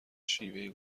شیوه